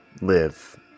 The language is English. live